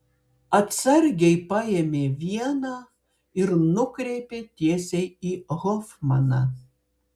atsargiai paėmė vieną ir nukreipė tiesiai į hofmaną